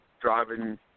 driving